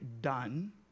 done